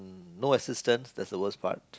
no assistants that's the worst part